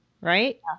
Right